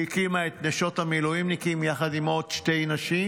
היא הקימה את "נשות המילואימניקים" יחד עם עוד שתי נשים,